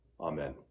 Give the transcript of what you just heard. amen